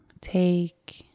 take